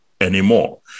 anymore